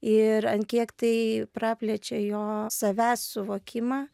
ir ant kiek tai praplečia jo savęs suvokimą